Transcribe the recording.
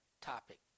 topic